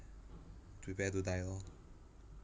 prepare to die orh